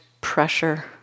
pressure